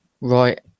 Right